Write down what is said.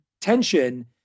tension